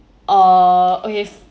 uh okay